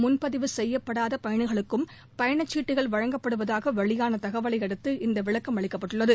முன்பதிவு செய்யப்படாத பயண சீட்டுகள் வழங்கப்படுவதாக வெளியான தகவலை அடுத்து இந்த விளக்கம் அளிக்கப்பட்டுள்ளது